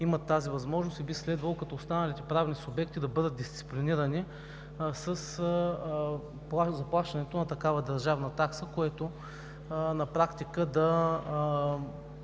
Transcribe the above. имат тази възможност и би следвало като останалите правни субекти да бъдат дисциплинирани със заплащането на такава държавна такса, което на практика да